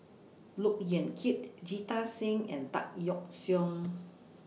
Look Yan Kit Jita Singh and Tan Yeok Seong